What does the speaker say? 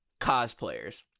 cosplayers